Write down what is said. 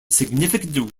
significant